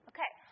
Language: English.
Okay